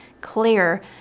clear